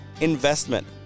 investment